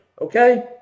Okay